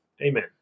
Amen